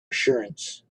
assurance